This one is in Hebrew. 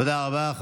תודה רבה.